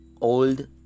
old